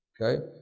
Okay